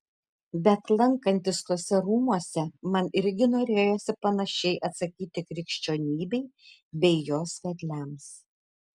bet lankantis tuose rūmuose man irgi norėjosi panašiai atsakyti krikščionybei bei jos vedliams